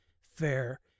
fair